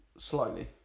slightly